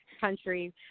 country